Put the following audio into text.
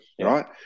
right